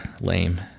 lame